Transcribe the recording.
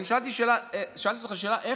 אני שאלתי אותך שאלה, אני הסברתי את זה.